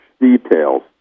details